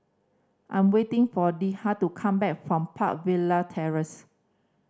I ' m waiting for Litha to come back from Park Villas Terrace